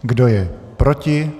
Kdo je proti?